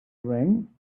ring